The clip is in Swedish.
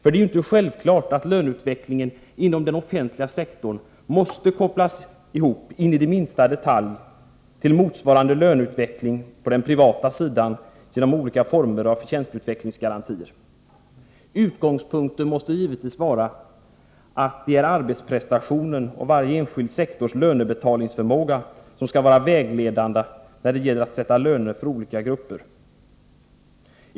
Det kan ju inte vara självklart att löneutvecklingen inom den offentliga sektorn måste kopplas in i minsta detalj till motsvarande löneutveckling på den privata sidan genom olika former av förtjänstutvecklingsgarantier. Utgångspunkten bör givetvis vara att arbetsprestationen och varje enskild sektors lönebetalningsförmåga skall vara vägledande när det gäller att sätta löner för olika grupper av människor.